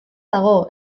dago